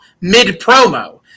mid-promo